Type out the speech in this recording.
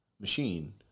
machine